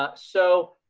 but so,